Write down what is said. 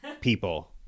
people